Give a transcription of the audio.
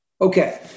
Okay